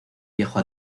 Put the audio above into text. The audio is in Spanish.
viejo